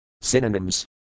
Synonyms